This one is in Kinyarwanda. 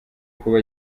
kuba